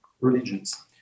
religions